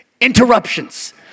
Interruptions